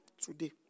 Today